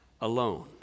alone